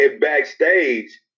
backstage